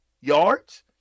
yards